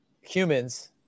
humans